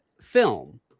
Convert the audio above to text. film